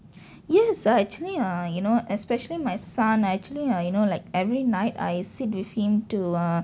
yes err actually err you know especially my son actually err you know like every night I sit with him to uh